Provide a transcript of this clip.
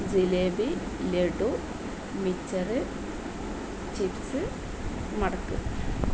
jalebi laddu mixture chips മടക്ക്